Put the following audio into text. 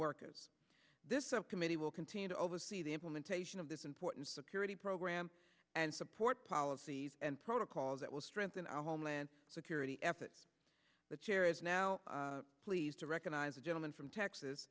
workers this subcommittee will continue to oversee the implementation of this important security program and support policies and protocols that will strengthen our homeland security efforts the chair is now pleased to recognize the gentleman from texas